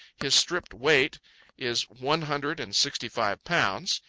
his stripped weight is one hundred and sixty-five pounds.